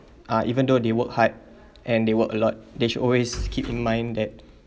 uh even though they work hard and they work a lot they should always keep in mind that